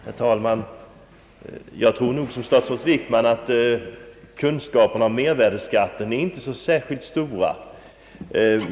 Herr talman! Jag tror liksom statsrådet Wickman att kunskaperna om mervärdeskatten inte är särskilt stora.